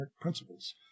principles